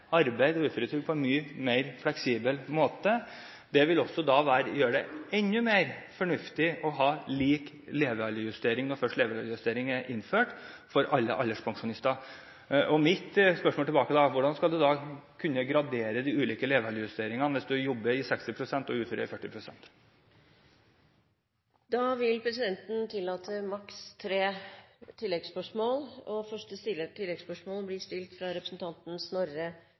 arbeid og uføretrygd på en mye mer fleksibel måte. Det vil også gjøre det enda mer fornuftig å ha lik levealdersjustering når først levealdersjustering er innført for alle alderspensjonister. Mitt spørsmål tilbake er da: Hvordan skal du kunne gradere de ulike levealdersjusteringene hvis du jobber 60 pst. og er 40 pst. ufør? Presidenten vil tillate tre